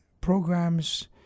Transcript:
programs